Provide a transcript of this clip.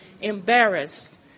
embarrassed